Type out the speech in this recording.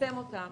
ליישם אותם